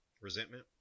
Resentment